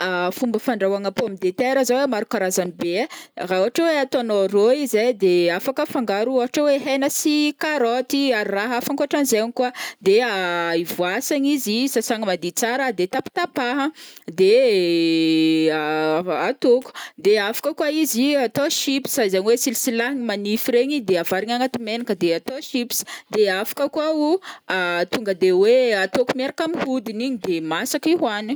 Fomba fandrahoagna pomme de terre zao, maro karazany be ai, ra ôhatra oe ataonao rô izy ai de afaka afangaro ôhatra oe hena sy carotte ary raha hafa ankoatranizai ihany kô, de voasagna izy sasagna madio tsara de tapatapaha de atôko de afaka koa izy atao chips zegny oe silisilahigny manify regny de avarigna agnaty menaka de atao chips, de afaka koa o tonga de oe atôko miaraka ami hodiny igny de masaky hoanigny.